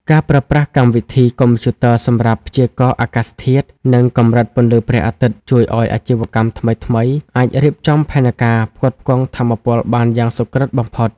ការប្រើប្រាស់កម្មវិធីកុំព្យូទ័រសម្រាប់ "ព្យាករណ៍អាកាសធាតុ និងកម្រិតពន្លឺព្រះអាទិត្យ" ជួយឱ្យ អាជីវកម្មថ្មីៗ អាចរៀបចំផែនការផ្គត់ផ្គង់ថាមពលបានយ៉ាងសុក្រឹតបំផុត។